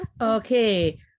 Okay